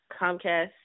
Comcast